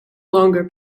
longer